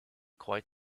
quite